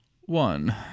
One